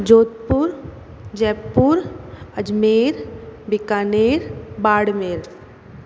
Jodhpur Jaipur Ajmer Bikaner Barmer